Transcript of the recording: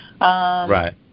Right